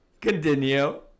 Continue